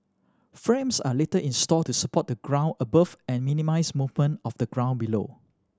frames are later installed to support the ground above and minimise movement of the ground below